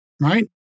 right